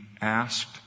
asked